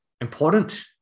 important